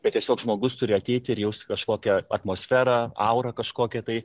bet tiesiog žmogus turi ateiti ir jausti kažkokią atmosferą aurą kažkokią tai